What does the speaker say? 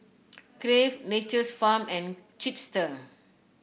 Crave Nature's Farm and Chipster